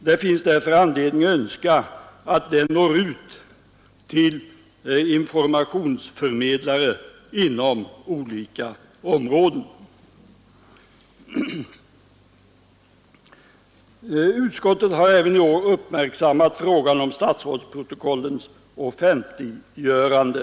Det finns därför anledning önska att den går ut till informationsförmedlare inom olika områden. Utskottet har även i år uppmärksammat frågan om statsrådsprotokollens offentliggörande.